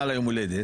מתנה ליום הולדת.